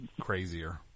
crazier